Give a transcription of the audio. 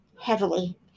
heavily